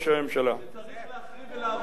כשצריך, ולעבוד כמו, עם ראש הממשלה.